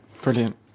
Brilliant